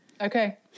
Okay